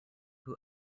who